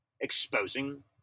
exposing